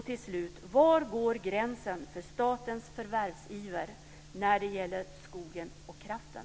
Till slut: Var går gränsen för statens förvärvsiver när det gäller skogen och kraften?